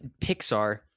Pixar